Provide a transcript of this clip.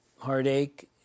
heartache